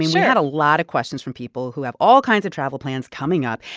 yeah had a lot of questions from people who have all kinds of travel plans coming up.